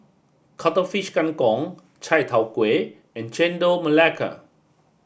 Cuttlefish Kang Kong Chai Tow Kuay and Chendol Melaka